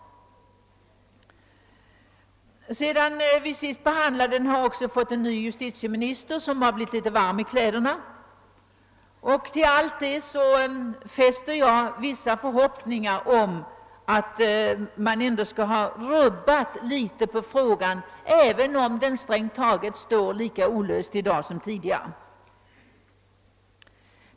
Sedan vi senast behandlade saken har vår nye justitieminister hunnit bli litet varm i kläderna. Till allt detta knyter jag vissa förhoppningar om att frågan skall ha kommit i ett nytt läge, även om den står lika olöst i dag som tidigare.